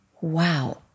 wow